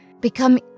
become